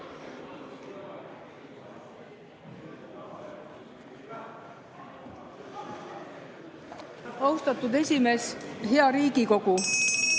Austatud esimees! Hea Riigikogu!